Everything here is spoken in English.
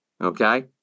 okay